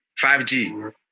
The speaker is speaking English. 5G